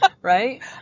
Right